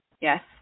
Yes